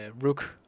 Rook